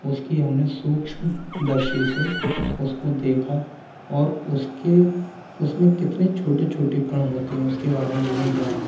उसकी हमने सूक्ष्मदर्शी से उसको देखा और उसके उसमें कितने छोटे छोटे कण होते हैं उसके बारे में हमने जाना